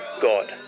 God